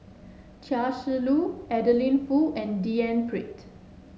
Chia Shi Lu Adeline Foo and D N Pritt